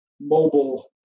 mobile